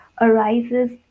arises